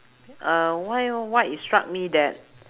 uh why what it struck me that